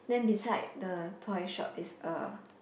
then beside the toy shop is a